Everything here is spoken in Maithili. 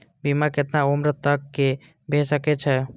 बीमा केतना उम्र तक के भे सके छै?